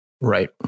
Right